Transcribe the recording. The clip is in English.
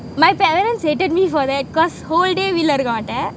my parents hated me for that cause whole day வீட்ல இருக்க மாடேன்:veetla erukuka matean